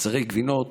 מוצרי גבינות,